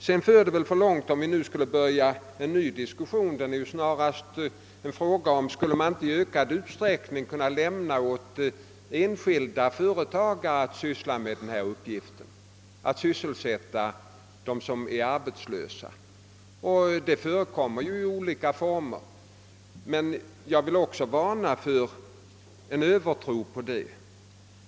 — Det för väl för långt om vi börjar en ny diskussion om frågan huruvida det inte skulle gå att i ökad utsträckning lämna åt enskilda företagare att sysselsätta dem som är arbetslösa. Detta förekommer i olika former, men jag vill varna för en övertro på systemet.